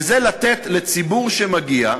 וזה לתת לציבור שמגיע,